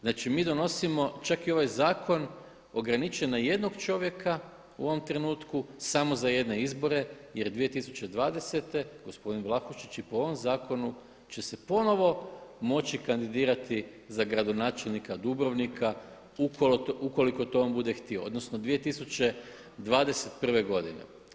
Znači mi donosimo čak i ovaj zakon ograničen na jednog čovjeka u ovom trenutku samo za jedne izbore jer je 2020. gospodin Vlahušić i po ovom zakonu će se ponovno moći kandidirati za gradonačelnika Dubrovnika ukoliko to on bude htio, odnosno 2021. godine.